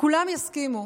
שכולם יסכימו